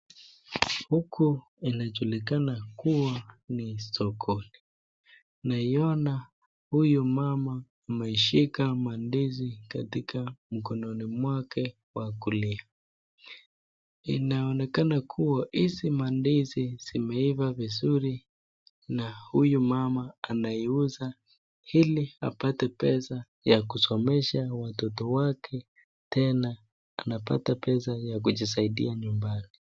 Huku inajulikana kuwa ni soko, naiona huyu mama ameishika mandizi katika mikononi mwake wa kulia. Inaonekana kuwa hizi mandizi zimeiva vizuri, na huyu mama anaiuza ili apate pesa ya kusomesha watoto wake, tena anapata pesa ya kujisaidia nyumbani.